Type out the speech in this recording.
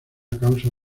causa